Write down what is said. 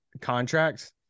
contracts